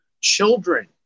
children